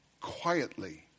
quietly